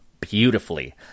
beautifully